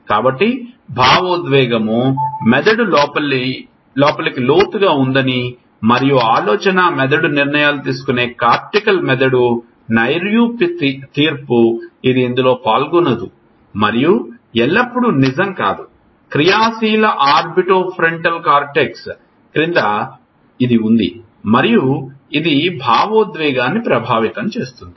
కాబట్టి భావోద్వేగము మెదడు లోపలికి లోతుగా ఉందని మరియు ఆలోచనా మెదడు నిర్ణయాలు తీసుకునే కార్టికల్ మెదడు నైరూప్య తీర్పు అది ఇందులో పాల్గొనదు మరియు ఎల్లప్పుడూ నిజం కాదు క్రియాశీల ఆర్బిటోఫ్రంటల్ కార్టెక్స్ క్రింద ఉంది మరియు ఇది భావోద్వేగాన్ని ప్రభావితం చేస్తుంది